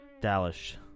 Dallas